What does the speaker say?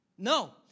No